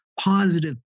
positive